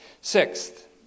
sixth